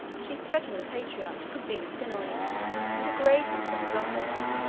she threatened the patriarch to convene a synod, and degrade him from his office.